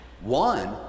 One